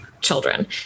children